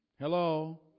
Hello